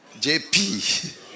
JP